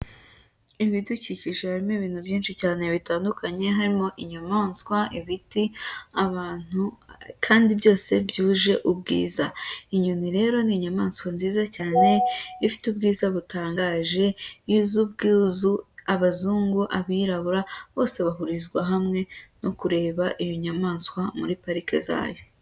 Ibidukikije harimo ibintu byinshi cyane bitandukanye harimo inyamaswa, ibiti, abantu kandi byose byuje ubwiza, inyoni rero ni inyamaswa nziza cyane ifite ubwiza butangaje yuzu ubwuzu abazungu abirabura bose bahurizwa hamwe no kureba iyo nyamaswa muri parike zayo.